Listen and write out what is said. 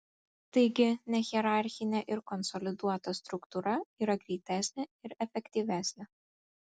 taigi nehierarchinė ir konsoliduota struktūra yra greitesnė ir efektyvesnė